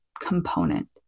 component